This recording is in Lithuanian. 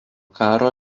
karo